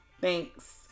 Thanks